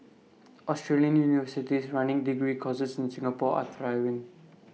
Australian universities running degree courses in Singapore are thriving